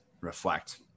reflect